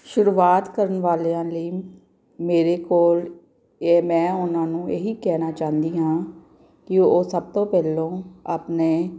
ਸ਼ੁਰੂਆਤ ਕਰਨ ਵਾਲਿਆਂ ਲਈ ਮੇਰੇ ਕੋਲ ਇਹ ਮੈਂ ਉਹਨਾਂ ਨੂੰ ਇਹ ਹੀ ਕਹਿਣਾ ਚਾਹੁੰਦੀ ਹਾਂ ਕਿ ਉਹ ਸਭ ਤੋਂ ਪਹਿਲਾਂ ਆਪਣੇ